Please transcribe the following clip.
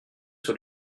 sur